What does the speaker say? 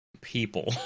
people